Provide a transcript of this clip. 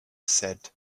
said